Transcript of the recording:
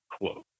quote